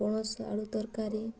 ପଣସ ଆଳୁ ତରକାରୀ